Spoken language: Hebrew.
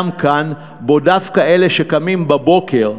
שבו דווקא אלה שקמים בבוקר,